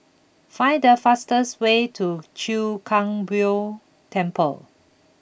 find the fastest way to Chwee Kang Beo Temple